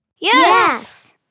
Yes